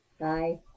Bye